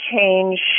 change